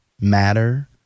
matter